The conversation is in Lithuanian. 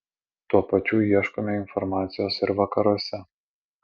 tuo pačiu ieškome informacijos ir vakaruose